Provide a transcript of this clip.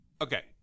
Okay